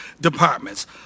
departments